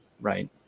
Right